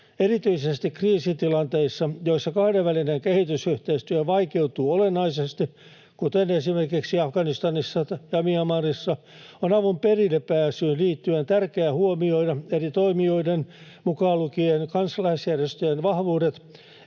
Erityisesti kriisitilanteissa, joissa kahdenvälinen kehitysyhteistyö vaikeutuu olennaisesti, kuten esimerkiksi Afganistanissa ja Myanmarissa, on avun perillepääsyyn liittyen tärkeää huomioida eri toimijoiden, mukaan lukien kansalaisjärjestöjen, vahvuudet,